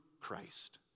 Christ